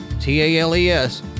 T-A-L-E-S